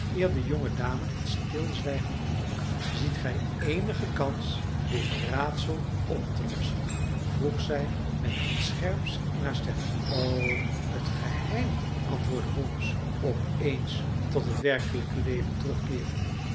de jonge dame het stilzwijgen verbrak ziet gij eenige kans dit raadsel op te lossen vroeg zij met iets scherps in haar stem o het geheim antwoordde holmes opeens tot het werkelijke leven terugkeerende